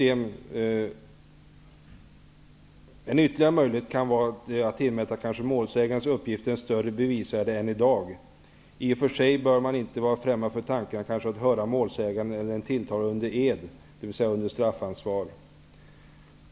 En ytterligare möjlighet kan vara att tillmäta målsägandens uppgifter ett större bevisvärde än i dag. Man bör i och för sig inte vara främmande för tanken att målsäganden eller den tilltalade skall höras under ed, dvs. under straffansvar.